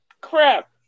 Crap